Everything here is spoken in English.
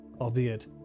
Albeit